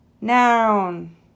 noun